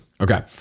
Okay